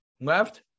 Left